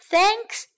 thanks